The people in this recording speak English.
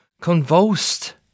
convulsed